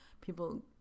people